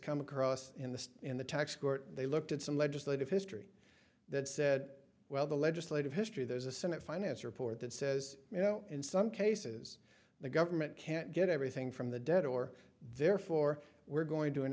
come across in the in the tax court they looked at some legislative history that said well the legislative history there's a senate finance report that says you know in some cases the government can't get everything from the dead or therefore we're going to